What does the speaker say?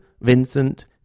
Vincent